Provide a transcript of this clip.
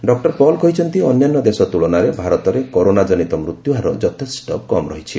doctor Paul କହିଛନ୍ତି ଅନ୍ୟାନ୍ୟ ଦେଶ ତୁଳନାରେ ଭାରତରେ କରୋନା ଜନିତ ମୃତ୍ୟୁହାର ଯଥେଷ୍ଟ କମ୍ ରହିଛି